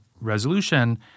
resolution